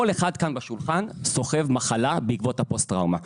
כל אחד כאן בשולחן סוחב מחלה בעקבות הפוסט-טראומה.